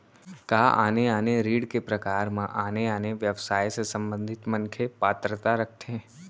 का आने आने ऋण के प्रकार म आने आने व्यवसाय से संबंधित मनखे पात्रता रखथे?